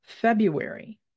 February